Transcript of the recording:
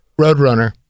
Roadrunner